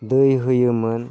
दै होयोमोन